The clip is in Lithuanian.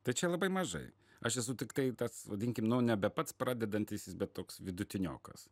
tai čia labai mažai aš esu tiktai tas vadinkim nebe pats pradedantysis bet toks vidutiniokas